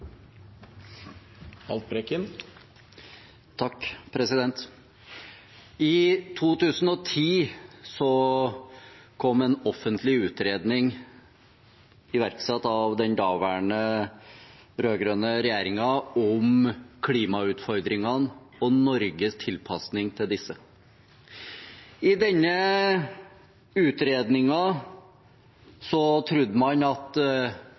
I 2010 kom en offentlig utredning, iverksatt av den daværende rød-grønne regjeringen, om klimautfordringene og Norges tilpasning til disse. I denne utredningen trodde man at